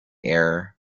air